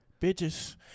bitches –